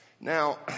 Now